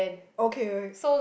okay